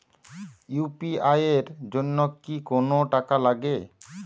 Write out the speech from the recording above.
UPI এর জন্য কি কোনো টাকা লাগে?